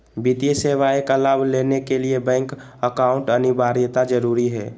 वित्तीय सेवा का लाभ लेने के लिए बैंक अकाउंट अनिवार्यता जरूरी है?